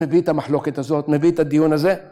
‫מביא את המחלוקת הזאת, ‫מביא את הדיון הזה.